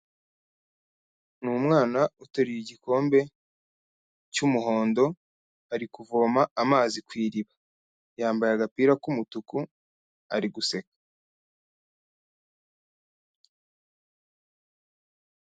Ni umwana uteruye igikombe cy'umuhondo, ari kuvoma amazi ku iriba. Yambaye agapira k'umutuku, ari guseka.